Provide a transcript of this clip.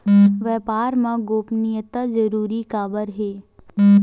व्यापार मा गोपनीयता जरूरी काबर हे?